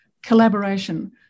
collaboration